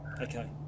Okay